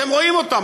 אתם רואים אותם,